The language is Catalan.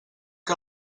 que